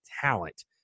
talent